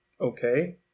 okay